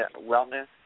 wellness